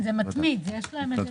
מתמיד.